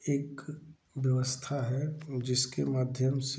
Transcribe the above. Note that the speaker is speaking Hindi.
एक व्यवस्था है जिसके माध्यम से